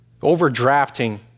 overdrafting